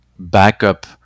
backup